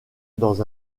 dans